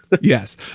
Yes